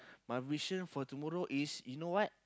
my vision for tomorrow is you know what